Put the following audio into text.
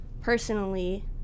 personally